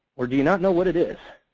or do you not know what it is?